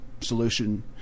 solution